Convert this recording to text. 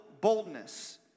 boldness